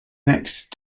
next